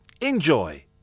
Enjoy